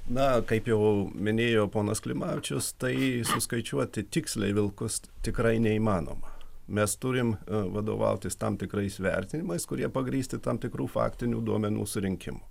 na kaip jau minėjo ponas klimavičius tai suskaičiuoti tiksliai vilkus tikrai neįmanoma mes turim vadovautis tam tikrais vertinimais kurie pagrįsti tam tikrų faktinių duomenų surinkimu